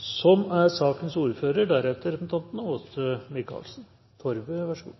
kriminalomsorgen som